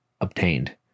obtained